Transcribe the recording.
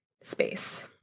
space